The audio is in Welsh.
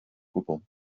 gwbl